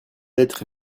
être